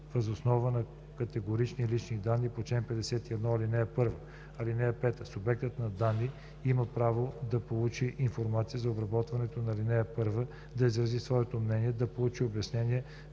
въз основа на категориите лични данни по чл. 51, ал. 1. (5) Субектът на данни има право да получи информация за обработването по ал. 1, да изрази своето мнение, да получи обяснение